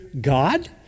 God